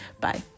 bye